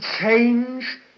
change